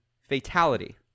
Fatality